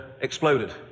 exploded